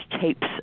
tapes